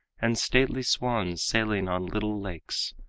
and stately swans sailing on little lakes,